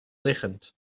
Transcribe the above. liggend